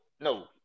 No